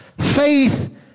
Faith